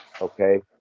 okay